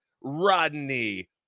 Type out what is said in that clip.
Rodney